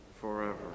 forever